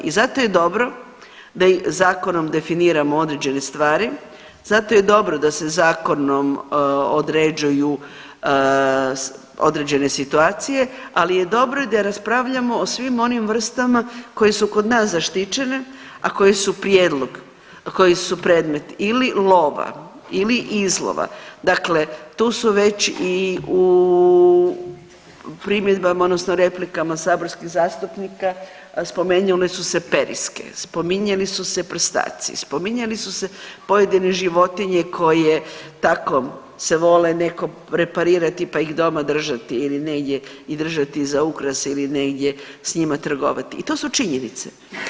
I zato je dobro da zakonom definiramo određene stvari, zato je dobro da se zakonom određuju određene situacije, ali je dobro da raspravljamo o svim onim vrstama koje su kod nas zaštićene, a koje su prijedlog, a koji su predmet ili lova ili izlova, dakle tu su već i u primjedbama, odnosno replikama saborskih zastupnika, spominjale su se periske, spominjale su se prstaci, spominjali su se pojedine životinje koje tako se vole neko preparirati pa ih doma držati ili negdje i držati za ukras ili negdje s njima trgovati i to su činjenice.